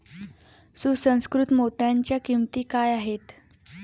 सुसंस्कृत मोत्यांच्या किंमती काय आहेत